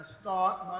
start